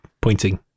pointing